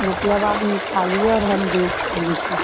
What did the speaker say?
मतलब आप निकालिए और हम देख रहें हैं